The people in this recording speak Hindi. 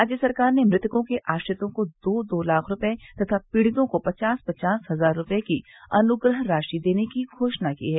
राज्य सरकार ने मृतकों के आश्रितों को दो दो लाख रूपये तथा पीड़ितों को पचास पचास हजार रूपये की अनुग्रह राशि देने की घोषणा की है